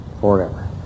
forever